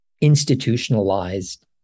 institutionalized